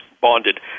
bonded